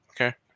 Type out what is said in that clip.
Okay